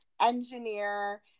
engineer